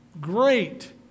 great